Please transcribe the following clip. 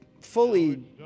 fully